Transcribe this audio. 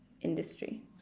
industry